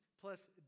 plus